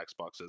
Xboxes